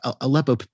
Aleppo